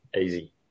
Easy